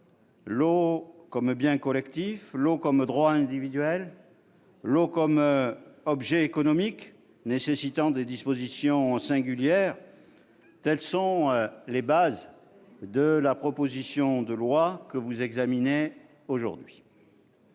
l'eau comme bien collectif, l'eau comme droit individuel, l'eau comme objet économique, nécessitant des dispositions singulières : telles sont les bases de la proposition de loi que vous examinez aujourd'hui.